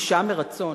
לפרישה מרצון.